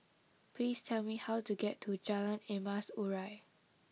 please tell me how to get to Jalan Emas Urai